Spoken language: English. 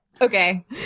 Okay